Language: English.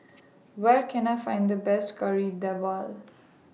Where Can I Find The Best Kari Debal